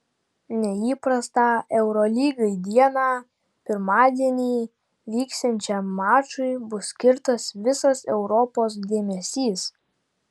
neįprastą eurolygai dieną pirmadienį vyksiančiam mačui bus skirtas visos europos dėmesys